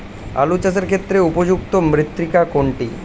আলু চাষের ক্ষেত্রে উপযুক্ত মৃত্তিকা কোনটি?